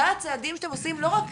מה הצעדים שאתם עושים לא רק